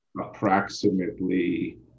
approximately